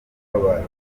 kabarore